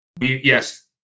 yes